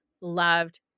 loved